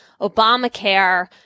Obamacare